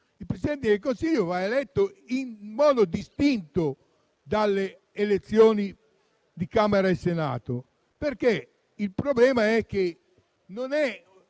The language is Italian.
il Presidente del Consiglio va eletto in modo distinto dalle elezioni di Camera e Senato, perché il problema è che non il